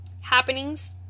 happenings